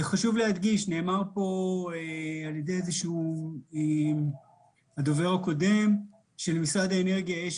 נאמר פה על ידי הדובר הקודם שלמשרד האנרגיה יש